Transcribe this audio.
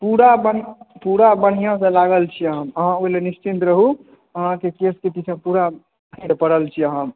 पूरा बढ़िऑं सॅं लागल छियै हम अहाँ ओहि लए निश्चिंत रहू अहाँके केश के पीछू पूरा परल छी हम